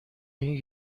این